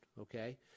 okay